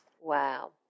wow